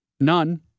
None